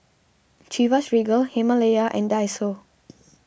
Chivas Regal Himalaya and Daiso